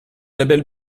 label